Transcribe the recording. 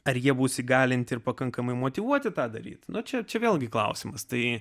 ar jie bus įgalinti ir pakankamai motyvuoti tą daryti na čia čia vėlgi klausimas tai